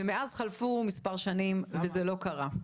ומאז חלפו מספר שנים וזה לא קרה.